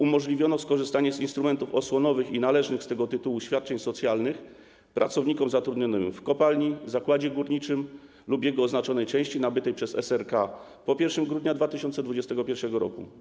Umożliwiono skorzystanie z instrumentów osłonowych i należnych z tego tytułu świadczeń socjalnych pracownikom zatrudnionym w kopalni, zakładzie górniczym lub jego oznaczonej części nabytych przez SRK po 1 grudnia 2021 r.